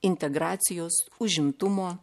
integracijos užimtumo